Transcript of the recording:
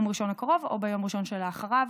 ראשון הקרוב או ביום ראשון שאחריו.